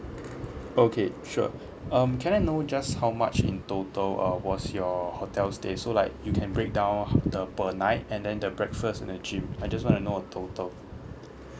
okay sure um can I know just how much in total uh was your hotel stay so like you can break down the per night and then the breakfast and the gym I just want to know a total